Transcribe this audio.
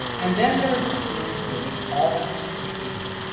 and then there is a series of image all interspersed in here,